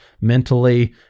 mentally